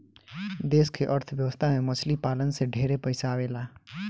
देश के अर्थ व्यवस्था में मछली पालन से ढेरे पइसा आवेला